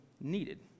needed